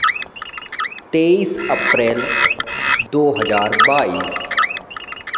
तेईस अप्रैल दो हज़ार बाईस